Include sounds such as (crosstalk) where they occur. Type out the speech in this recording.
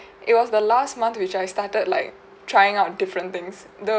(breath) it was the last month which I started like trying out different things the